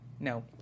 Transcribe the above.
No